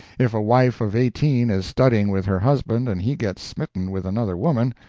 if a wife of eighteen is studying with her husband and he gets smitten with another woman,